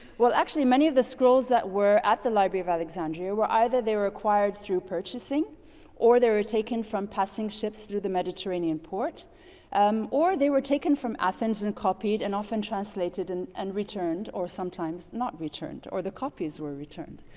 well, actually many of the scrolls that were at the library of alexandria were either they were acquired through purchasing or they were taken from passing ships through the mediterranean port um or they were taken from athens and copied and often translated and and returned or sometimes not returned or the copies were returned.